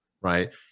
right